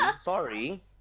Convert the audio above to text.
Sorry